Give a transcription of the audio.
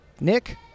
Nick